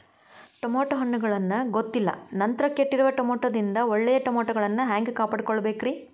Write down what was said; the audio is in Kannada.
ಟಮಾಟೋ ಹಣ್ಣುಗಳನ್ನ ಗೊತ್ತಿಲ್ಲ ನಂತರ ಕೆಟ್ಟಿರುವ ಟಮಾಟೊದಿಂದ ಒಳ್ಳೆಯ ಟಮಾಟೊಗಳನ್ನು ಹ್ಯಾಂಗ ಕಾಪಾಡಿಕೊಳ್ಳಬೇಕರೇ?